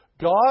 God